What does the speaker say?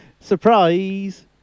Surprise